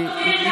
בזכות אופיר כץ.